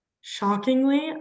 Shockingly